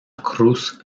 cruz